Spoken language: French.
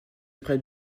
prête